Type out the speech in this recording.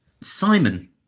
Simon